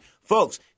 folks